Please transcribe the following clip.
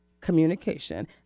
communication